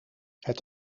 het